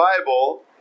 Bible